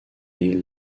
les